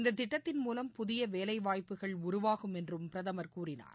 இந்த திட்டத்தின் மூலம் புதிய வேலை வாய்ப்புகள் உருவாகும் என்றும் பிரதமர் கூறினார்